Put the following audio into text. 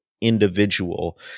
individual